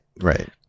Right